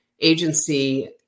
agency